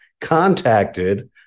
contacted